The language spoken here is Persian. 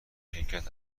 شرکت